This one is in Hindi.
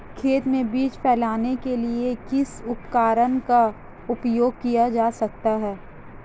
खेत में बीज फैलाने के लिए किस उपकरण का उपयोग किया जा सकता है?